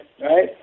right